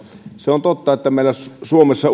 se on totta että meillä suomessa